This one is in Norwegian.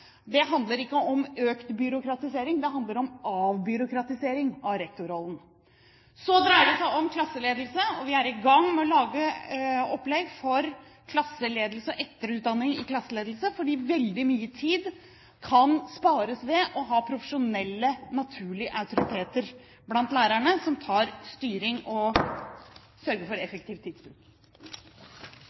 Det handler ikke om økt byråkratisering; det handler om avbyråkratisering av rektorrollen. Så dreier det seg om klasseledelse. Vi er i gang med å lage opplegg for klasseledelse og etterutdanning i klasseledelse, for veldig mye tid kan spares ved å ha profesjonelle, naturlige autoriteter blant lærerne, som tar styring og sørger for effektiv tidsbruk. Presidenten er opptatt av effektiv tidsbruk